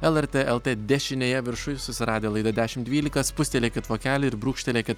lrt lt dešinėje viršuj susiradę laidą dešimt dvylika spustelėkit vokelį ir brūkštelėkit